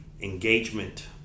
engagement